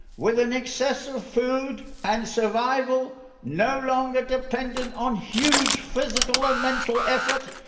with an excess of food, and survival no longer dependent on huge physical and mental effort,